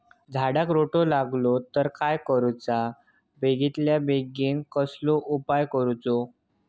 झाडाक रोटो लागलो तर काय करुचा बेगितल्या बेगीन कसलो उपाय करूचो?